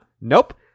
nope